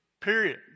Period